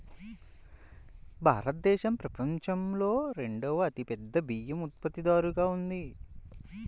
భారతదేశం ప్రపంచంలో రెండవ అతిపెద్ద బియ్యం ఉత్పత్తిదారుగా ఉంది